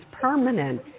permanent